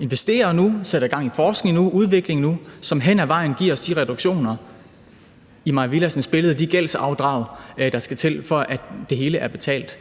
investerer nu, sætter gang i forskning og udvikling nu, som hen ad vejen giver os de reduktioner, i Mai Villadsens billede gældsafdrag, der skal til, for at det hele er betalt